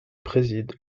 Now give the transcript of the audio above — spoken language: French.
préside